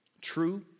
true